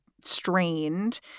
strained